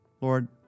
Lord